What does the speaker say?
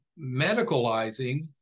medicalizing